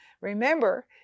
Remember